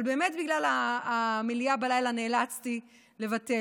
אבל באמת בגלל המליאה בלילה נאלצתי לבטל.